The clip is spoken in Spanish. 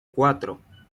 cuatro